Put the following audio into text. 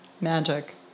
Magic